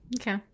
Okay